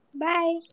Bye